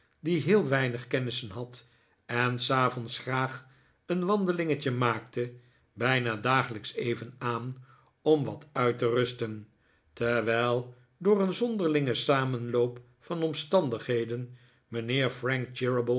die heel weinig kennissen had en s avonds graag een wandelingetje maakte bijna dagelijks even aan om wat uit te rusten terwijl door een zonderlingen samenloop van omstandigheden mijnheer frank